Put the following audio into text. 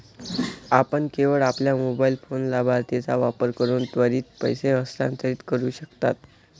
आपण केवळ आपल्या मोबाइल फोन लाभार्थीचा वापर करून त्वरित पैसे हस्तांतरित करू शकता